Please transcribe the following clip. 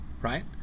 right